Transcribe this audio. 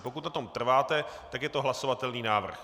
Pokud na tom trváte, tak je to hlasovatelný návrh.